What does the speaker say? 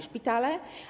Szpitale?